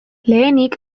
lehenik